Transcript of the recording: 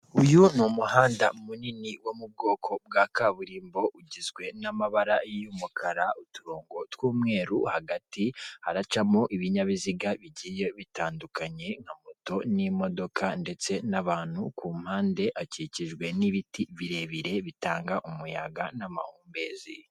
Uyu ni umuhanda munini wo mu bwoko bwa kaburimbo, ugizwe n'amabara y'umukara, uturongo tw'umweru hagati, haracamo ibinyabiziga bigiye bitandukanye nka moto n'imodoka ndetse n'abantu ku mpande akikijwe n'ibiti birebire bitanga umuyaga n'amahumbezi.